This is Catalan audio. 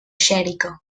xèrica